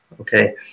okay